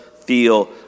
feel